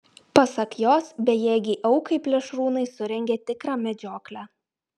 pasak jos bejėgei aukai plėšrūnai surengė tikrą medžioklę